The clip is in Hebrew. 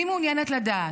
אני מעוניינת לדעת,